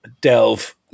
delve